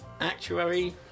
Actuary